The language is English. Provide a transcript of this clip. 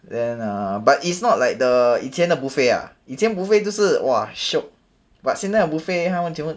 then err but it's not like the 以前的 buffet ah 以前 buffet 就是 !wah! shiok but 现在 buffet 他们全部